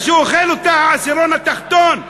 הפיתה שאוכל אותה העשירון התחתון,